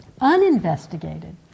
uninvestigated